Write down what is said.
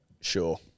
Sure